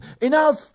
enough